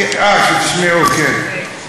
אה, שתשמעו, כן.